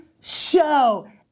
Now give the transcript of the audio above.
Show